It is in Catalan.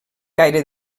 gaire